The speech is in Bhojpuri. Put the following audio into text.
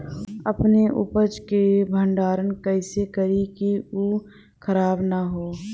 अपने उपज क भंडारन कइसे करीं कि उ खराब न हो?